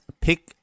pick